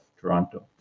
Toronto